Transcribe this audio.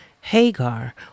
Hagar